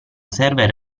server